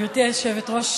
גברתי היושבת-ראש,